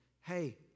Hey